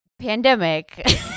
pandemic-